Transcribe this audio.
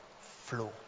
flow